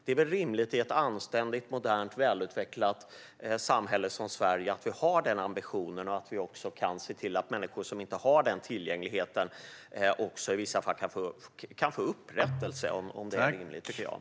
I ett anständigt, modernt och välutvecklat samhälle som Sverige är det rimligt att vi har den ambitionen och att vi ser till att människor som inte har tillgängligheten kan få upprättelse i vissa fall.